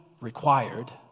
required